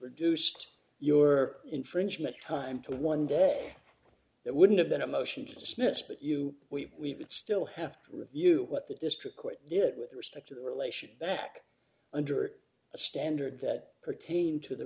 reduced your infringement time to one day that wouldn't have been a motion to dismiss but you we would still have to review what the district court do it with respect to the relation back under a standard that pertain to the